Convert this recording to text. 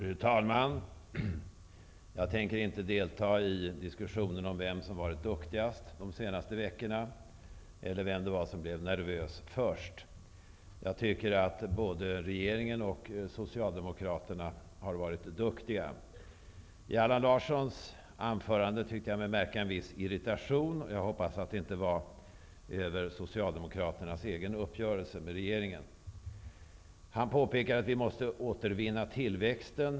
Fru talman! Jag tänker inte delta i diskussionen om vem som varit duktigast de senaste veckorna eller vem som blev nervös först. Jag tycker att både regeringen och Socialdemokraterna har varit duktiga. I Allan Larssons anförande tyckte jag mig märka en viss irritation. Jag hoppas att det inte är irritation över Socialdemokraternas egen uppgörelse med regeringen. Allan Larsson påpekade att vi måste återvinna tillväxten.